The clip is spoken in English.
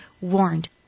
warned